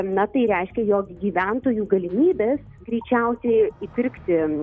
na tai reiškia jog gyventojų galimybės greičiausiai įpirkti